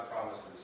promises